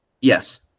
Yes